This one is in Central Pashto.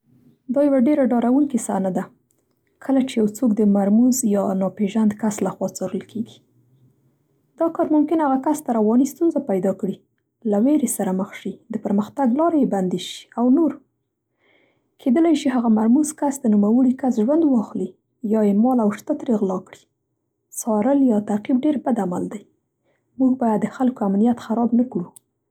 دا یوه ډېره ډارونکې صحنه ده، کله چې یو څوک د مرموز یا ناپېژند کس له خوا څارل کېږي. دا کار ممکن هغه کس ته رواني ستونزه پیدا کړي، له وېرې سره مخ شي، د پرمختګ لارې یې بندې شي او نور. کېدلی شي هغه مرموز کس د نومړي ژوند واخلي یا یې مال او شته ترې غلا کړي. څارل یا تعقیب ډېر بد عمل دی. موږ باید د خلکو امنیت خراب نه کړو.